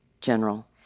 General